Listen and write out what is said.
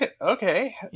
Okay